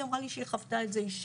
היא אמרה לי שהיא חוותה את זה אישית,